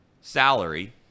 salary